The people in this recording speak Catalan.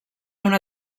una